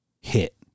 hit